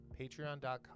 patreon.com